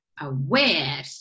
aware